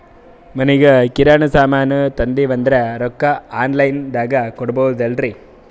ಮನಿಗಿ ಕಿರಾಣಿ ಸಾಮಾನ ತಂದಿವಂದ್ರ ರೊಕ್ಕ ಆನ್ ಲೈನ್ ದಾಗ ಕೊಡ್ಬೋದಲ್ರಿ?